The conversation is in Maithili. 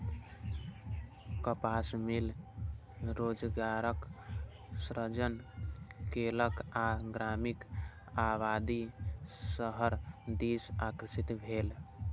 कपास मिल रोजगारक सृजन केलक आ ग्रामीण आबादी शहर दिस आकर्षित भेल